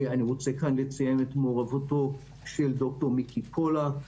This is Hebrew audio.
אני רוצה כאן לציין את מעורבותו של ד"ר מיקי פולק,